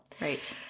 Right